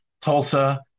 Tulsa